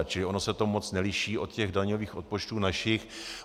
Čili ono se to moc neliší od těch daňových odpočtů našich.